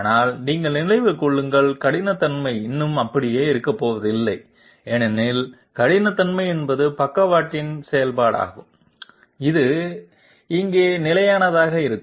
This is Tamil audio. ஆனால் நீங்கள் நினைவில் கொள்ளுங்கள் கடினத்தன்மை இன்னும் அப்படியே இருக்கப்போவதில்லை ஏனெனில் கடினத்தன்மை என்பது பக்கவாட்டின் செயல்பாடாகும் இது இங்கே நிலையானதாக இருக்கும்